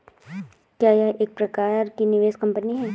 क्या यह एक प्रकार की निवेश कंपनी है?